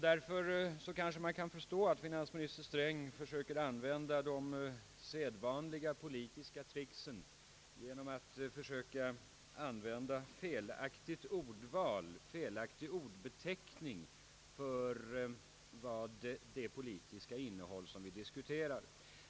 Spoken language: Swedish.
Därför kanske man kan förstå att finansministern utnyttjar de sedvanliga politiska tricken att använda felaktigt ordval och ge felaktig beteckning på det politiska förslag, som vi här diskuterar.